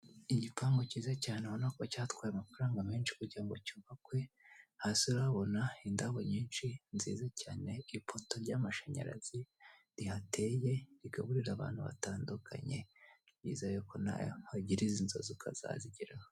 Igipangu cyiza cyane ubona ko cyatwaye amafaranga menshi kugira ngo cyubakwe, hasi urahabona indabo nyinshi nziza cyane, ipoto ry'amashanyarazi rihateye, rigaburira abantu batandukanye, nizere ko nawe nugira izi nzozi ukazabigeraho.